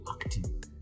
acting